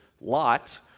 Lot